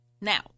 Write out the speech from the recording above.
Now